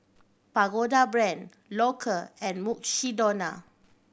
Pagoda Brand Loacker and Mukshidonna